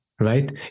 right